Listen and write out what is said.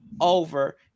over